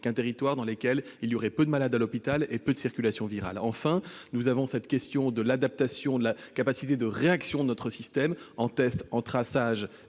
qu'un territoire avec peu de malades à l'hôpital et peu de circulation virale. Enfin se pose la question de l'adaptation et de la capacité de réaction de notre système en tests, en traçages